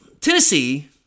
Tennessee –